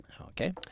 Okay